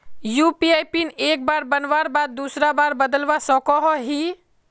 UPI PIN एक बार बनवार बाद दूसरा बार बदलवा सकोहो ही?